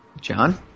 John